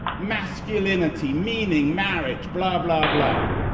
masculinity, meaning, marriage, blah blah blah.